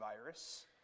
virus